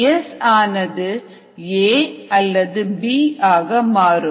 S ஆனது A அல்லது B ஆக மாறும்